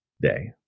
day